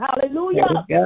Hallelujah